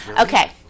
Okay